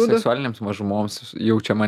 seksualinėms mažumoms jaučiama